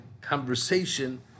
conversation